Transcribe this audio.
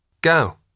Go